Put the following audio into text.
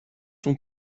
sont